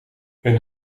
hun